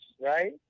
right